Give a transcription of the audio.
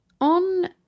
on